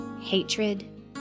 hatred